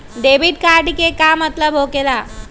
Debit card के का मतलब होकेला?